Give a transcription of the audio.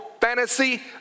fantasy